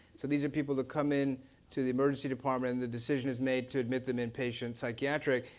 so these are people that come in to the emergency department, and the decision is made to admit them in patient psychiatric,